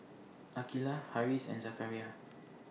Aqeelah Harris and Zakaria